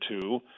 two